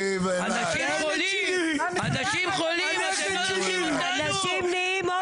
אנשים חולים, אתם לא לוקחים אותנו בחשבון.